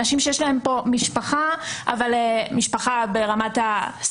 אנשים שיש להם פה משפחה ברמת הסבא,